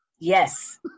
yes